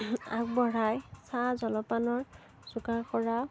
আগবঢ়াই চাহ জলপানৰ যোগাৰ কৰা